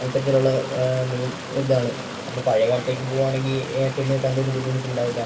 ഇത്തരത്തിലുള്ള മെയിൻ ഒരിതാണ് അപ്പം പഴയ കാലത്തേക്ക് പോകുവാണെങ്കിൽ പെണ്ണ് കിട്ടാൻ പോലും ബുദ്ധിമുട്ടുണ്ടാകുവേല